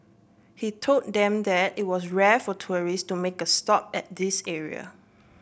he told them that it was rare for tourists to make a stop at this area